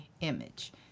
image